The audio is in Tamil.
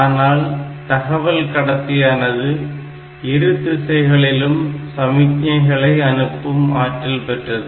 ஆனால் தகவல் கடத்தியானது இரு திசைகளிலும் சமிக்ஞைகளை அனுப்பும் ஆற்றல் பெற்றது